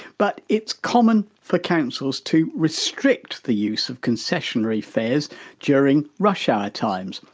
but it's common for councils to restrict the use of concessionary fares during rush hour times,